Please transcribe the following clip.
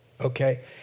okay